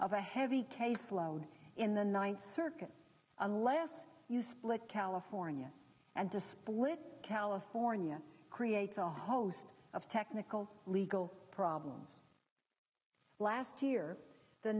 of a heavy caseload in the ninth circuit unless you split california and to split california creates a host of technical legal problems last year the